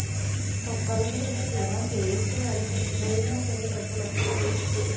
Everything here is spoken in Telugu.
బక్కలను పెంచి బీమా సేయిత్తే అవి సచ్చిపోయినా సరే డబ్బులొత్తాయి